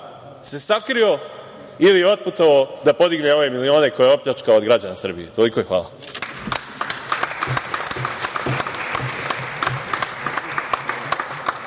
se sakrio ili otputovao da podigne ove milione koje je opljačkao od građana Srbije? Toliko i hvala.